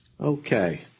Okay